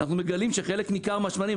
אנחנו מגלים שחלק ניכר מהשמנים,